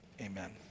amen